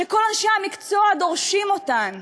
שכל אנשי המקצוע דורשים אותן,